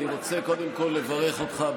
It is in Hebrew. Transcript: אני רוצה קודם כול לברך אותך,